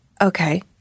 okay